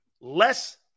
less